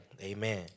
amen